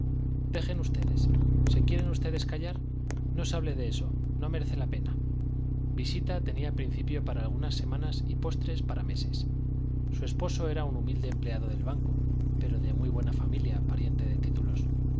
dejen ustedes se quieren ustedes callar no se hable de eso no merece la pena visita tenía principio para algunas semanas y postres para meses su esposo era un humilde empleado del banco pero de muy buena familia pariente de títulos